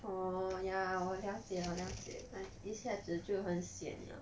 oh ya 我了解了解 like 一下子就很 sian 了